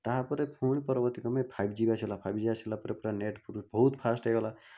ତା'ପରେ ପୁଣି ପରବର୍ତ୍ତୀକ୍ରମେ ଫାଇଭ୍ ଜି ବି ଆସିଗଲା ଫାଇଭ୍ ଜି ଆସିଗଲାପରେ ନେଟ୍ ପୁରା ବହୁତ ଫାର୍ଷ୍ଟ ହେଇଗଲା